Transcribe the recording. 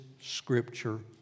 scripture